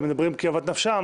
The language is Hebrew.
ומדברים כאוות נפשם,